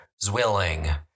Zwilling